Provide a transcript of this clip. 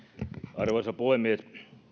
arvoisa puhemies